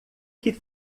que